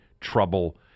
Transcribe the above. trouble